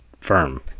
firm